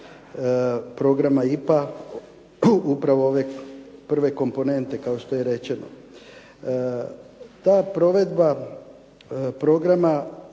programa IPA, upravo ove prve komponente kao što je rečeno. Ta provedba programa